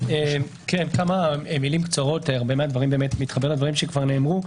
כמה מילים קצרות אני מתחבר לדברים שכבר נאמרו.